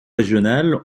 régional